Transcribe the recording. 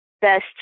best